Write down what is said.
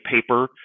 paper